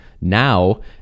now